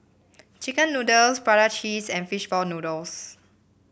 chicken noodles Prata Cheese and Fishball Noodles